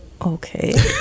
okay